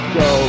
go